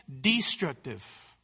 destructive